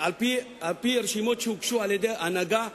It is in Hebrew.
על-פי רשימות שהוגשו על-ידי ההנהגה